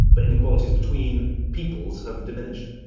but inequalities between peoples have diminished.